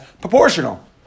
proportional